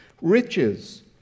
Riches